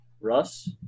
Russ